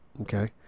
okay